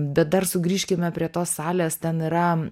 bet dar sugrįžkime prie tos salės ten yra